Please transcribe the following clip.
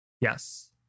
Yes